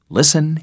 Listen